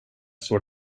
står